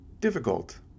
difficult